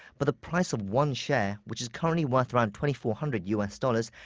but the price of one share, which is currently worth around twenty four hundred u s. dollars,